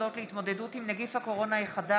מיוחדות להתמודדות עם נגיף הקורונה החדש